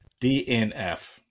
DNF